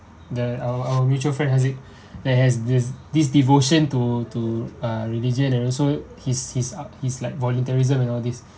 the our our mutual friend haziq that has this this devotion to to uh religion and also he's he's uh his like volunteerism and all this